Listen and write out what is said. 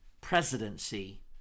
presidency